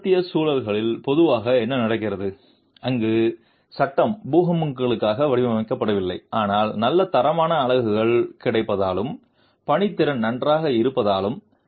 மேற்கத்திய சூழல்களில் பொதுவாக என்ன நடக்கிறது அங்கு சட்டம் பூகம்பங்களுக்காக வடிவமைக்கப்படவில்லை ஆனால் நல்ல தரமான அலகுகள் கிடைப்பதாலும் பணித்திறன் நன்றாக இருப்பதாலும்